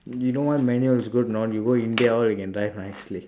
you know why manual is good or not you go india all you can drive nicely